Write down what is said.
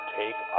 take